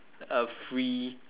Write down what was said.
a free